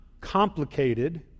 complicated